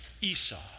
Esau